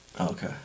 Okay